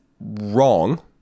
wrong